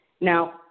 Now